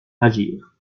agir